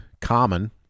common